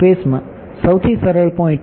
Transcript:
સ્પેસમાં સૌથી સરળ પોઈન્ટ